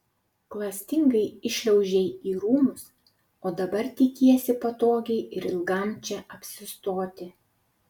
klastingai įšliaužei į rūmus o dabar tikiesi patogiai ir ilgam čia apsistoti